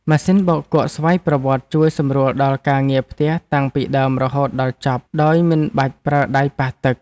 ម៉ាស៊ីនបោកគក់ស្វ័យប្រវត្តិជួយសម្រួលដល់ការងារផ្ទះតាំងពីដើមរហូតដល់ចប់ដោយមិនបាច់ប្រើដៃប៉ះទឹក។